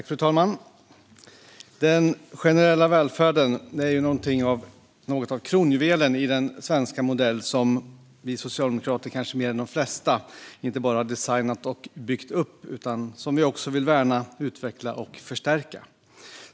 Fru talman! Den generella välfärden är något av kronjuvelen i den svenska modell som vi socialdemokrater inte bara har designat och byggt upp utan också, kanske mer än de flesta, vill värna, utveckla och förstärka.